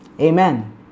Amen